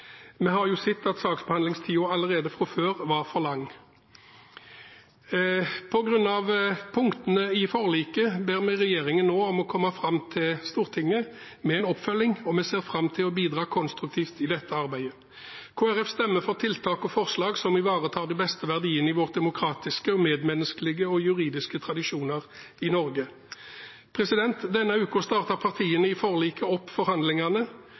Vi har jo sett at saksbehandlingstiden allerede fra før var for lang. På noen av punktene i forliket ber vi regjeringen om å komme tilbake til Stortinget med en oppfølging, og vi ser fram til å bidra konstruktivt i dette arbeidet. Kristelig Folkeparti stemmer for tiltak og forslag som ivaretar de beste verdiene i våre demokratiske, medmenneskelige og juridiske tradisjoner i Norge. Denne uken startet partiene i forliket opp forhandlingene.